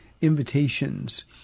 invitations